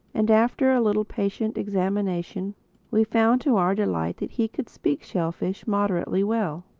and after a little patient examination we found to our delight that he could speak shellfish moderately well.